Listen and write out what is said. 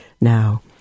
Now